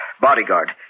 Bodyguard